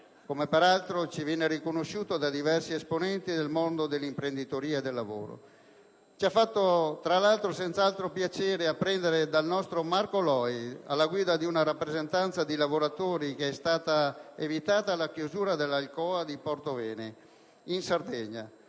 come peraltro ci viene riconosciuto da diversi esponenti del mondo dell'imprenditoria e del lavoro. Ci ha fatto senz'altro piacere apprendere dal nostro Marco Loi, alla guida di una rappresentanza di lavoratori, che è stata evitata la chiusura dell'ALCOA di Portovesme, in Sardegna,